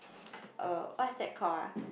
a what's that called ah